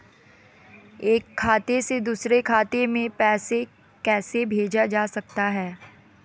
एक खाते से दूसरे खाते में पैसा कैसे भेजा जा सकता है?